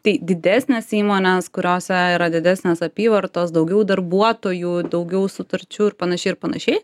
tai didesnės įmonės kuriose yra didesnės apyvartos daugiau darbuotojų daugiau sutarčių ir panašiai ir panašiai